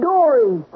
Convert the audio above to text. Dory